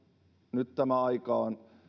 nyt tämä aika on